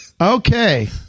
Okay